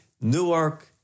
Newark